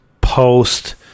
post